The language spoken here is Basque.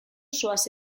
zoaz